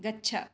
गच्छ